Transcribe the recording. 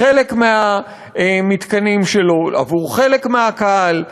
בחלק מהמתקנים שלו, עבור חלק מהקהל,